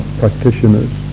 practitioners